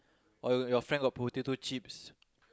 or your friends got potato chips